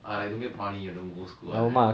I like don't get money I don't go school [one] leh